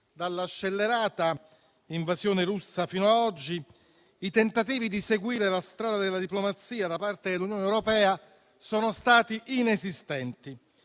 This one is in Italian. Dalla scellerata invasione russa fino a oggi i tentativi di seguire la strada della diplomazia da parte dell'Unione europea sono stati inesistenti